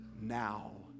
Now